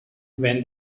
when